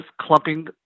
clumping